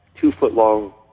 two-foot-long